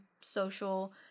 social